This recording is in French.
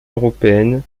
européenne